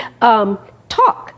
talk